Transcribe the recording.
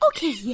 Okay